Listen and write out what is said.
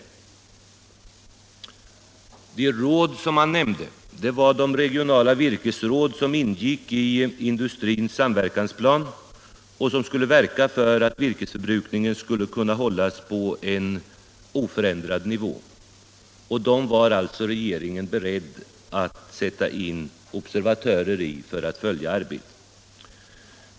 De råd han nämnde var de regionala virkesråd som ingick i industrins samverkansplan och som skulle verka för att virkesförbrukningen skulle kunna hållas på oförändrad nivå. I dem var alltså regeringen beredd att sätta in observatörer för att följa arbetet.